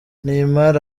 neymar